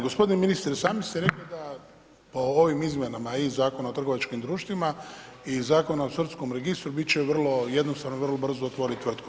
g. Ministre, sami ste rekli da po ovim izmjenama i Zakona o trgovačkim društvima i Zakona o sudskom registru, bit će vrlo jednostavno, vrlo brzo otvorit tvrtku.